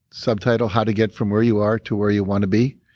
subtitle how to get from where you are to where you want to be.